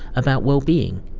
about well-being,